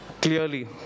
clearly